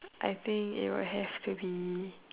I think it will have to be